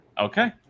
Okay